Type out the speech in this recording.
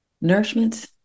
nourishment